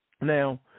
Now